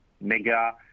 mega